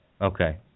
okay